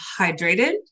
hydrated